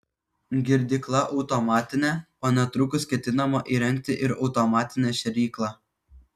girdykla automatinė o netrukus ketinama įrengti ir automatinę šėryklą